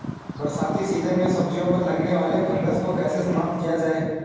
बरसाती सीजन में सब्जियों पर लगने वाले फंगस को कैसे समाप्त किया जाए?